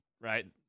Right